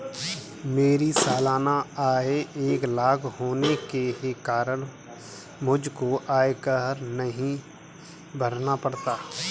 मेरी सालाना आय एक लाख होने के कारण मुझको आयकर नहीं भरना पड़ता